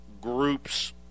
groups